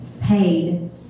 paid